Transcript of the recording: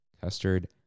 custard